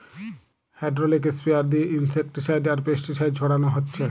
hydraulic sprayer দিয়ে insecticide আর pesticide ছোড়ানা হচ্ছে